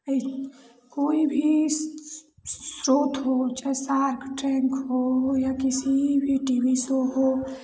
कोई भी स्रोत हो चाहे शार्क टैन्क हो या किसी भी टी वी शो हो